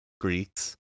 Greeks